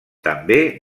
també